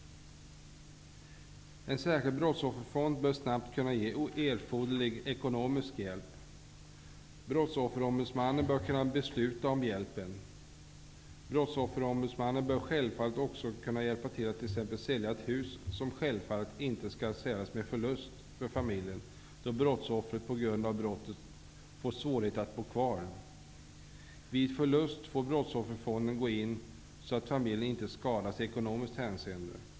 En särskild brottsofferfond bör snabbt kunna ge erforderlig ekonomisk hjälp. Brottsofferombudsmannen bör kunna besluta om hjälpen. Brottsofferombudsmannen bör också kunna hjälpa till att t.ex. sälja ett hus, som självfallet inte skall säljas med förlust för familjen, då brottsoffret på grund av brottet får svårigheter att bo kvar. Vid förlust får brottsofferfonden gå in, så att familjen inte skadas i ekonomiskt hänseende.